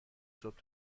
صبح